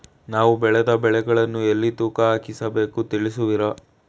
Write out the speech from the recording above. ನಾವು ಬೆಳೆದ ಬೆಳೆಗಳನ್ನು ಎಲ್ಲಿ ತೂಕ ಹಾಕಿಸ ಬೇಕು ತಿಳಿಸುವಿರಾ?